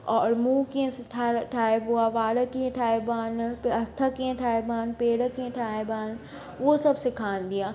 और मुंहं कीअं सिखार ठाहिबो आहे वार कीअं ठाहिबा आहिनि हथ कीअं ठाहिबा आहिनि पेर कीअं ठाहिबा आहिनि उहो सभु सेखारींदी आहे